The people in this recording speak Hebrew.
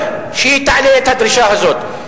שהיא תעלה את הדרישה הזאת.